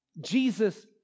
Jesus